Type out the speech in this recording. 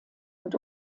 und